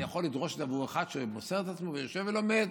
אני יכול לדרוש את זה עבור אחד שמוסר את עצמו ויושב ולומד.